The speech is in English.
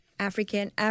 African